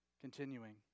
Continuing